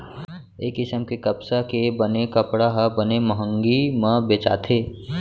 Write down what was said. ए किसम के कपसा के बने कपड़ा ह बने मंहगी म बेचाथे